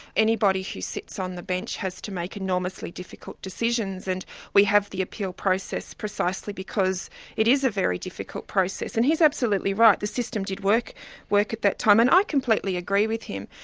anybody who sits on the bench has to make enormously difficult decisions and we have the appeal process precisely because it is a very difficult process and he's absolutely right, the system did work work at that time. and i completely agree with him.